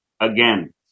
again